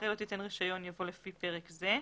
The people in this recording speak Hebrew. אחרי "לא תיתן רישיון" יבוא "לפי פרק זה"